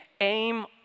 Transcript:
aim